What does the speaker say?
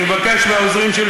אני מבקש מהעוזרים שלי,